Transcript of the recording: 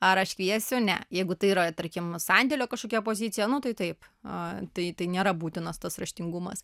ar aš kviesiu ne jeigu tai yra tarkim sandėlio kažkokia pozicija nu tai taip tai tai nėra būtinas tas raštingumas